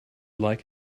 like